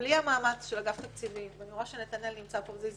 בלי המאמץ של אגף התקציבים,